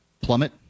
plummet